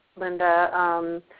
Linda